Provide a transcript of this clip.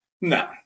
no